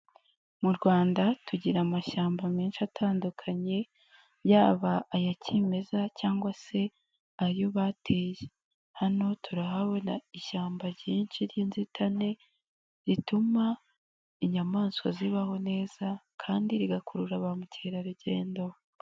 Mu Rwanda tugira amashyamba menshi atandukanye yaba aya kimeza cyangwa se ayo bateye, hano turahabona ishyamba ryinshi ry'inzitane zituma inyamaswa zibaho neza kandi rigakurura ba mukerarugendo.